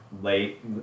late